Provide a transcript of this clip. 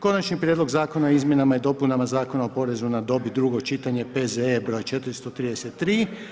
Konačni prijedlog Zakona o izmjenama i dopunama Zakona o porezu na dobit, drugo čitanje, P.Z.E. br. 433.